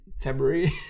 February